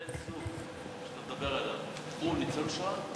בן-הזוג שאתה מדבר עליו, הוא ניצול שואה?